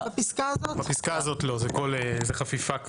בפסקה הזאת לא, זה חפיפה.